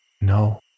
No